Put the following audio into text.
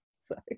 sorry